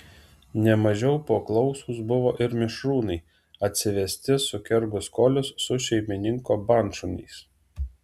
ne mažiau paklausūs buvo ir mišrūnai atsivesti sukergus kolius su šeimininko bandšuniais